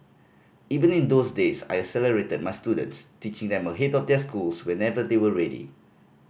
even in those days I accelerated my students teaching them ahead of their schools whenever they were ready